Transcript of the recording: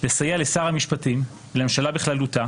לסייע לשר המשפטים ולממשלה בכללותה,